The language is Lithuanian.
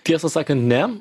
tiesą sakant ne